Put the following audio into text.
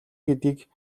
гэдгийг